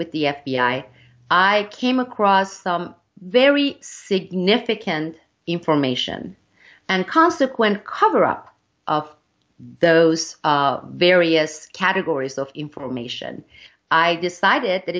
with the f b i i came across some very significant information and consequent cover up of those various categories of information i decided that